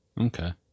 Okay